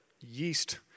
yeast